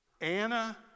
Anna